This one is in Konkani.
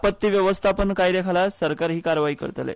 आपत्ती वेवस्थापन कायद्या खाला सरकार ही कारवाय करतले